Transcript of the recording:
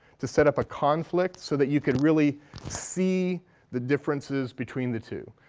to set up a conflict, so that you can really see the differences between the two.